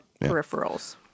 Peripherals